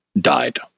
died